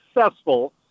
successful